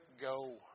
go